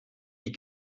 die